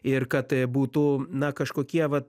ir kad būtų na kažkokie vat